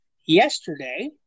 yesterday